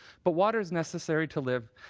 but water is necessary to live.